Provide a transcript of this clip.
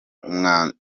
umwanzuro